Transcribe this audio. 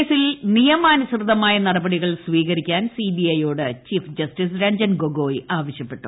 കേസിൽ നിയമാനുസൃതമായ് നടപടികൾ സ്വീകരിക്കാൻ സിബിഐ യോട് ചീഫ് ജസ്റ്റിസ് രഞ്ജൻ ഗൊഗോയ് ആവശ്യപ്പെട്ടു